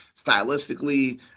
stylistically